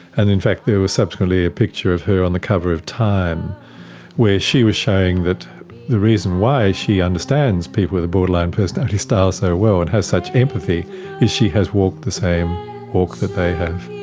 and in fact there was subsequently a picture of her on the cover of time where she was showing that the reason why she understands people with a borderline personality style so well and has such empathy is she has walked the same walk that they have.